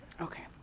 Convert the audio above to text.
Okay